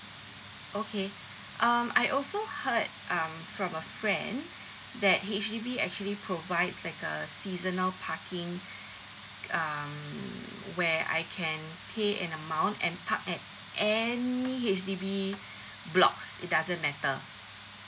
okay um I also heard um from a friend that H_D_B actually provide like a seasonal parking um where I can pay an amount and park at any H_D_B blocks it doesn't matter